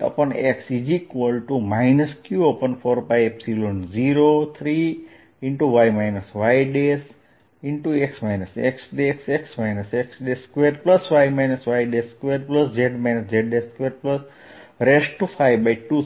yx xx x2y y2z z252થશે